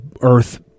earth